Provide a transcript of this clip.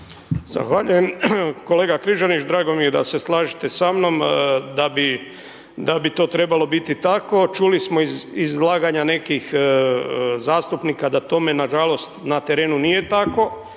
Zahvaljujem kolega Križanić, drago mi je da se slažete sa mnom da bi to trebalo biti tako, čuli smo iz izlaganja nekih zastupnika da tome na žalost na terenu nije tako.